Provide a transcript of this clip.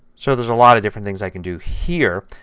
so there is a lot of different things i can do here.